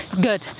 good